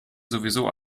sowieso